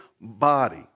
body